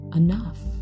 enough